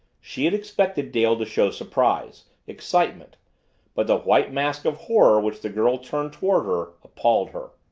she had expected dale to show surprise excitement but the white mask of horror which the girl turned toward her appalled her.